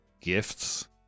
gifts